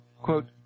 Quote